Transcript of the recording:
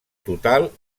total